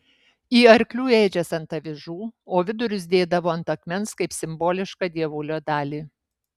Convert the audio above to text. į arklių ėdžias ant avižų o vidurius dėdavo ant akmens kaip simbolišką dievulio dalį